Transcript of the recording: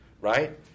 right